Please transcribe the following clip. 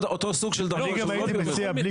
אותו סוג של דרכון שהוא לא ביומטרי.